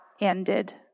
ended